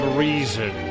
reason